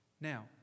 Now